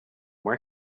where